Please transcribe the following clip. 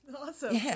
Awesome